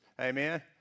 amen